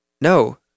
No